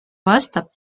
vastab